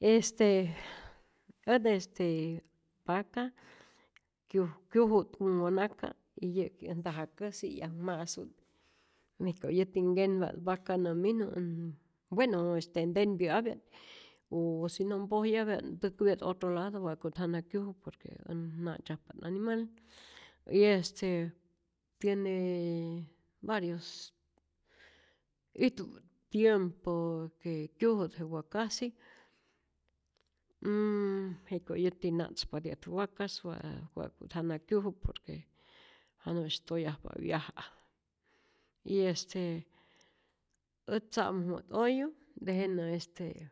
Este ät desde vaca kyu kyuju't tumkonaka', y yä'ki äj ntajakäsi 'yakma'su't, jiko' yäti nkenpa't vaca nä minu än bueno este ntenpyäapya't, u si no mpojyapya't, täjkäpya't otro lado wa'kät jana kyuju por que ät na'tzyajpa't animal, y este tiene varios ijtu'p tiempo que kyuju't je wakajsi, jiko' yäti na'tzpati'at wakas wa wa'kät jana kyuju, por que janu'sy toyajpa wyaja', y este ät tza'mojmät oyu, tejenä este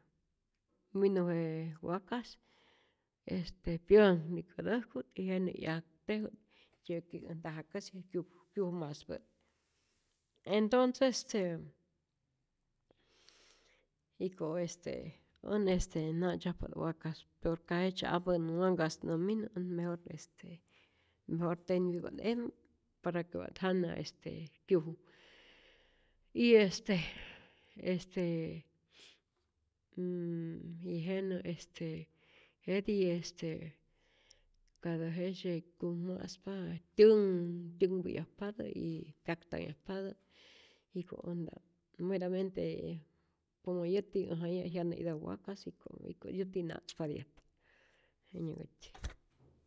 minu je wakas este pyänhnikätäjku't y jenä 'yakteju't, yäti äj ntajakäsi kyuj kyujma'spä'ut, entonce este, jiko' este ät na'tzyajpa't wakas, pyor ka jejtzye ampänh wankas nä minu, ät mejor este mejor tenpyä'pa't emä, para que wa't jana este kyuju y este este nnn- y jenä este jetij este katä jejtzye kyujma'spa tyun tyänhpäyajpatä y pyak tanhyajpatä, jiko äj nta't meramente, como yäti äj jaya' jyanä'itap wakas jiko' jiko yäti na'tzpati'at. jenyanhkätyi.